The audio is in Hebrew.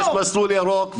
--- יש מסלול ירוק.